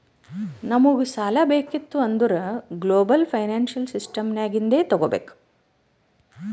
ನಮುಗ್ ಸಾಲಾ ಬೇಕಿತ್ತು ಅಂದುರ್ ಗ್ಲೋಬಲ್ ಫೈನಾನ್ಸಿಯಲ್ ಸಿಸ್ಟಮ್ ನಾಗಿಂದೆ ತಗೋಬೇಕ್